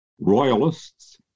royalists